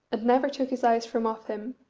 and never took his eyes from off him,